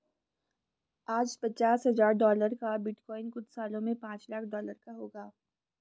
आज पचास हजार डॉलर का बिटकॉइन कुछ सालों में पांच लाख डॉलर का होगा